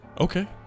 Okay